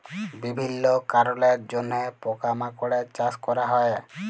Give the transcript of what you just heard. বিভিল্য কারলের জন্হে পকা মাকড়ের চাস ক্যরা হ্যয়ে